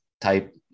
type